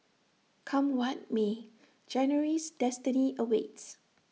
come what may January's destiny awaits